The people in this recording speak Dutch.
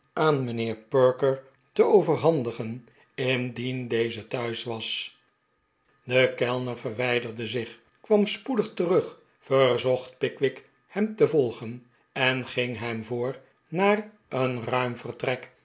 aan mijnheer perker te overhandigen indien deze thuis was de kellner verwijderde zich kwam spoedig terug verzocht pickwick hem te volgen en ging hem voor naar een ruim vertrek